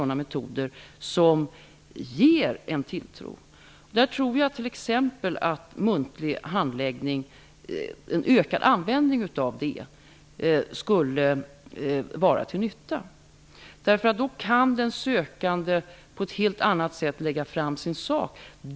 Jag tror att t.ex. en ökad användning av muntlig handläggning skulle vara till nytta. Då kan den sökande lägga fram sin sak på ett helt annat sätt.